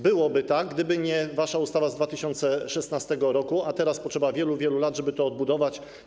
Byłoby tak, gdyby nie wasza ustawa z 2016 r., a teraz potrzeba wielu, wielu lat, żeby to odbudować.